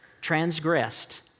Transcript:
transgressed